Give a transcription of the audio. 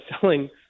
selling